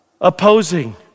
opposing